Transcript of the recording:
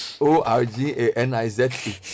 O-R-G-A-N-I-Z-E